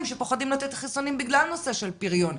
שפוחדים לתת חיסונים בגלל נושא של פריון,